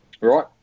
right